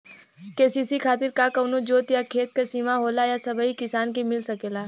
KCC खातिर का कवनो जोत या खेत क सिमा होला या सबही किसान के मिल सकेला?